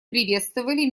приветствовали